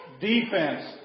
Defense